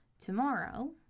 tomorrow